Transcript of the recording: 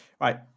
Right